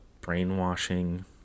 brainwashing